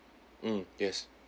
mm yes